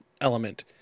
element